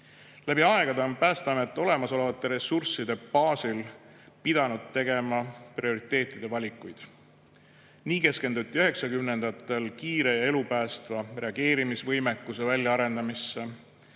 Läbi aegade on Päästeamet olemasolevate ressursside baasil pidanud tegema prioriteetide valikuid. Nii keskenduti üheksakümnendatel kiire ja elupäästva reageerimisvõimekuse väljaarendamisele,